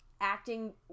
Acting